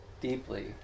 deeply